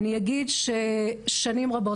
אני אגיד ששנים רבות,